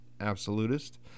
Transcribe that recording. absolutist